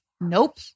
Nope